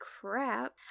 crap